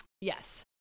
Yes